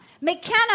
McKenna